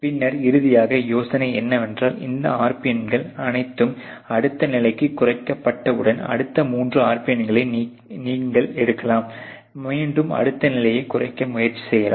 பின்னர் இறுதியாக யோசனை என்னவென்றால் இந்த RPNகள் அனைத்தும் அடுத்த நிலைக்குக் குறைக்கப்பட்டவுடன் அடுத்த மூன்று RPN ஐ நீங்கள் எடுக்கலாம் மீண்டும் அடுத்த நிலையைக் குறைக்க முயற்சி செய்யலாம்